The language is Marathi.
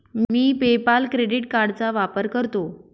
मी पे पाल क्रेडिट कार्डचा वापर करतो